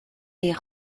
est